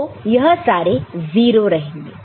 तो यह सारे 0 रहेंगे